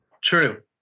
True